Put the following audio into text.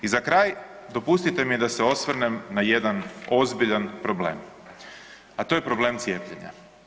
I za kraj dopustite mi da se osvrnem na jedan ozbiljan problem, a to je problem cijepljenja.